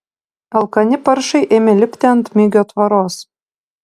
alkani paršai ėmė lipti ant migio tvoros